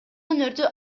өнөрдү